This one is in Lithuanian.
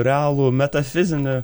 realų metafizinį